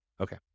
Okay